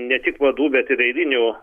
ne tik vadų bet ir eilinių